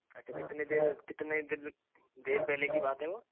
अच्छा कितने देर कितने देर पहले की बात है वो